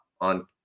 on